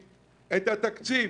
הזה.